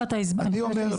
אני אומר,